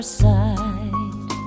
side